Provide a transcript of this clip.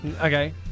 Okay